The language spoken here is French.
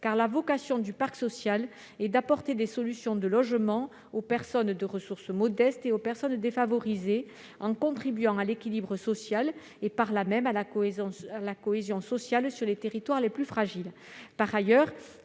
car la vocation du parc social est d'apporter des solutions de logement aux personnes de ressources modestes et aux personnes défavorisées, en contribuant à l'équilibre social et donc à la cohésion des territoires les plus fragiles.